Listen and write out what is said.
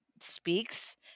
speaks